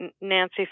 Nancy